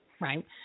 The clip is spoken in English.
right